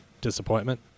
Disappointment